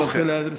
אני בוחר.